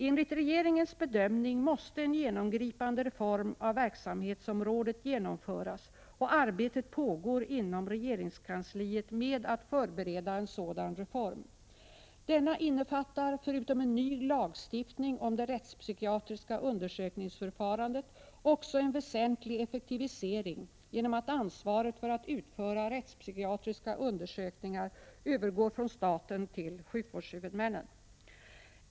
Enligt regeringens bedömning måste en genomgripande reform av verksamhetsområdet genomföras, och arbete pågår inom regeringskansliet med att förbereda en sådan reform. Denna innefattar förutom en ny lagstiftning om det rättspsykiatriska undersökningsförfarandet också en väsentlig effektivisering genom att ansvaret för att utföra rättspsykiatriska undersökningar övergår från staten till sjukvårdshuvudmännen.